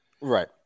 right